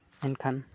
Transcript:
ᱢᱮᱱᱠᱷᱟᱱ